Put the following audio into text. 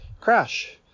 crash